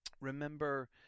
remember